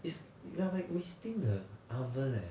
it's you're like wasting the oven leh